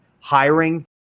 Hiring